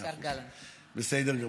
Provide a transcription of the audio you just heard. בסדר גמור.